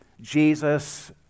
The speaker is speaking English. Jesus